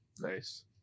nice